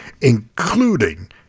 including